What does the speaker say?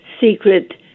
secret